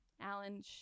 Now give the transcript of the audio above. Alan